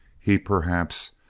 he, perhaps,